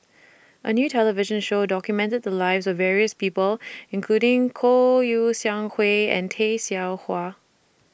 A New television Show documented The Lives of various People including Kouo Shang Wei and Tay Seow Huah